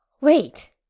Wait